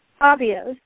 obvious